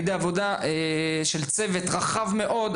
על ידי עבודה של צוות רחב מאוד,